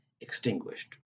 extinguished